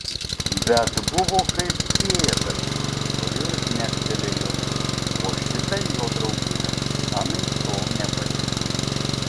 bet buvo kaip pėdas todėl žnektelėjo o šitai jo draugužiams anaiptol nepatiko